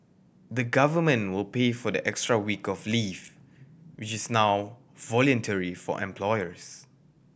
the Government will pay for the extra week of leave which is now voluntary for employers